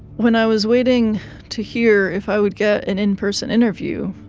when i was waiting to hear if i would get an in-person interview,